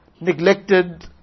neglected